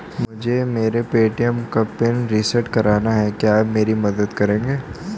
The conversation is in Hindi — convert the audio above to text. मुझे मेरे ए.टी.एम का पिन रीसेट कराना है क्या आप मेरी मदद करेंगे?